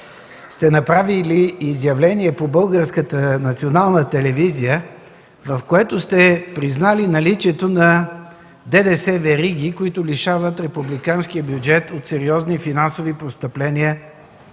сте направили изявление по Българската национална телевизия, в което сте признали наличието на ДДС вериги, които всяка година лишават републиканския бюджет от сериозни финансови постъпления.